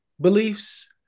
beliefs